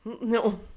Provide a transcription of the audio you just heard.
No-